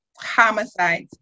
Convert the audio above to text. homicides